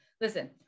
listen